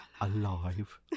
alive